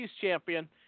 champion